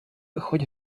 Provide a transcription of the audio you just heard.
хоть